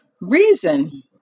reason